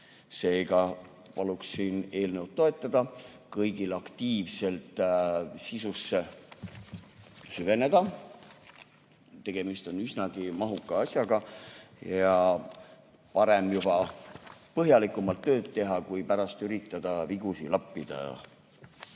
Seega paluksin eelnõu toetada, kõigil aktiivselt sisusse süveneda. Tegemist on üsnagi mahuka asjaga ja parem juba põhjalikumalt tööd teha, kui pärast üritada vigu lappida.